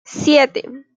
siete